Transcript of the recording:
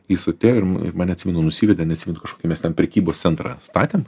jis atėjo ir mane atsimenu nusivedė neatsimenu kažkokį mes ten prekybos centrą statėm